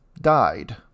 died